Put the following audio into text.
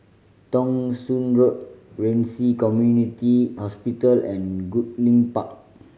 Thong Soon Road Ren Ci Community Hospital and Goodlink Park